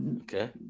Okay